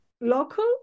local